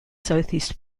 southeast